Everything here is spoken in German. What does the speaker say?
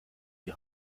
die